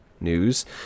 news